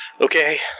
okay